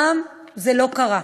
פעם זה לא קרה.